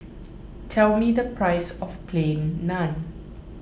tell me the price of Plain Naan